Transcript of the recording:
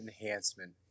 enhancement